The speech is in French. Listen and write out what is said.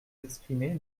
exprimées